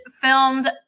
filmed